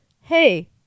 hey-